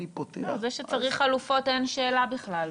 אני פותח --- זה שצריך חלופות אין שאלה בכלל,